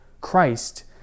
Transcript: christ